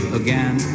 again